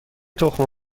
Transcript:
تخم